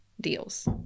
deals